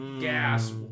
gas